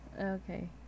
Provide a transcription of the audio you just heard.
okay